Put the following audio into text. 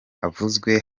avuzwe